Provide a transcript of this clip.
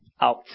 out